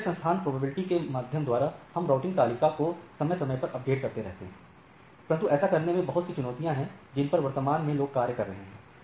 address स्थान probability के माध्यम द्वारा हम राउटिंग तालिका को समय समय पर अपडेट करते रहते हैं परंतु ऐसा करने में बहुत सी चुनौतियां हैं जिन पर वर्तमान में लोग कार्य कर रहे हैं